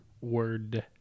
word